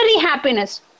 happiness